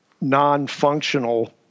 non-functional